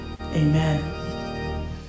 Amen